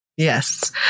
Yes